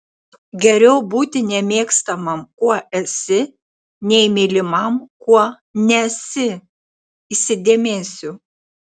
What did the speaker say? geriau būti nemėgstamam kuo esi nei mylimam kuo nesi įsidėmėsiu